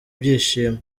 byishimo